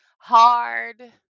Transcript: hard